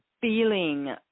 feeling